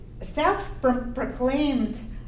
self-proclaimed